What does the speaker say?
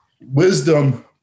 wisdom